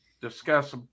discuss